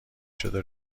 شده